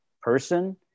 person